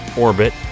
orbit